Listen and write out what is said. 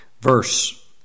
verse